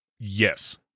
Yes